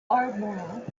ardmore